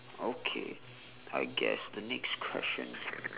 okay I guess the next question